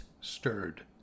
stirred